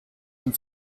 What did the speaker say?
dem